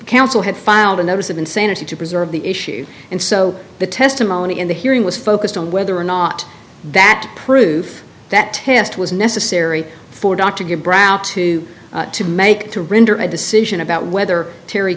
council had filed a notice of insanity to preserve the issue and so the testimony in the hearing was focused on whether or not that proof that test was necessary for doc to give brough to to make to render a decision about whether terr